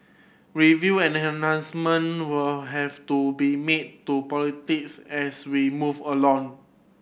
review and enhancement will have to be made to politics as we move along